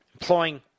Employing